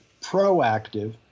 proactive